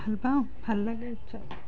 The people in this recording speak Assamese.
ভাল পাওঁ ভাল লাগে উৎসৱ